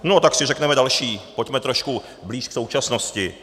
No tak si řekneme další, pojďme trošku blíž k současnosti.